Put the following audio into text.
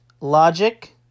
logic